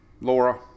Laura